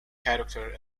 character